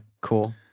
cool